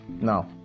Now